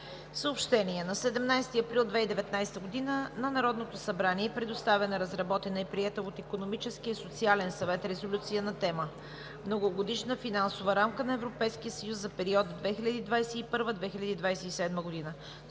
Съобщения: На 17 април 2019 г. на Народното събрание е предоставена разработена и приета от Икономическия и социален съвет резолюция на тема: „Многогодишна финансова рамка на Европейския съюз 2021 – 2027 г.“.